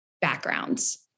backgrounds